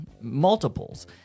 multiples